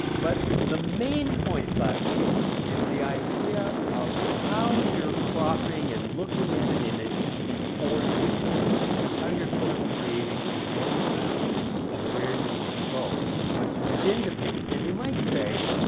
but the main point last week is the idea of how you're cropping and looking at an image before you begin to paint. how you're sort of creating a road map of where you want to go once you begin to paint and you might say,